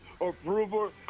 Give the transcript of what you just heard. approval